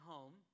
Home